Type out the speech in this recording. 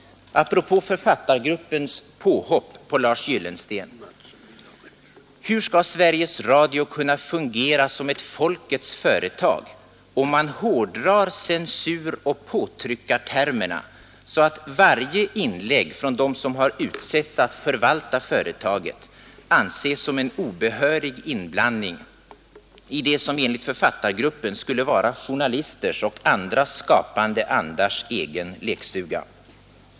Apropå författargruppens påhopp på Lars Gyllensten: Hur skall Sveriges Radio kunna fungera som ett ”folkets företag”, om man hårdrar censuroch påtryckartermerna så att varje inlägg från dem som har utsetts att förvalta företaget anses som en obehörig inblandning i det som enligt författargruppen skulle vara journalisters och andra skapande andars egen lekstuga?